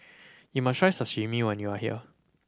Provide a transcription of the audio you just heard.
you must try Sashimi when you are here